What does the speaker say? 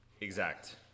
exact